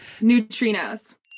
Neutrinos